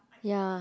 ya